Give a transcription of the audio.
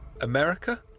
America